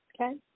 okay